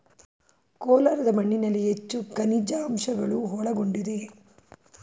ಕೋಲಾರದ ಮಣ್ಣಿನಲ್ಲಿ ಹೆಚ್ಚು ಖನಿಜಾಂಶಗಳು ಒಳಗೊಂಡಿದೆ